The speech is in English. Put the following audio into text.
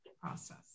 process